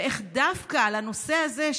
ואיך דווקא על הנושא הזה,